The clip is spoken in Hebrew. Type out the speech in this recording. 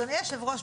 אדוני היושב-ראש,